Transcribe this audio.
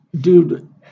Dude